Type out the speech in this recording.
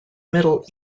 middle